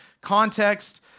context